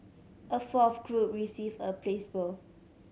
a fourth group received a placebo